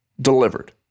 delivered